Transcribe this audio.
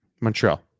Montreal